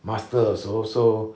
master also so